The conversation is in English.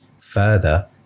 further